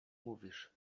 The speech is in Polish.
mówisz